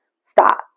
Stop